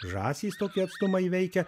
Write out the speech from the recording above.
žąsys tokį atstumą įveikia